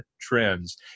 Trends